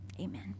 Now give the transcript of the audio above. Amen